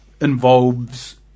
involves